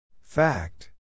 Fact